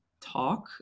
talk